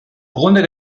grunde